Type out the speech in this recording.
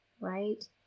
right